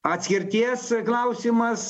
atskirties klausimas